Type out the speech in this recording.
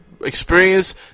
experience